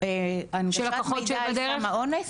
המידע על סם האונס?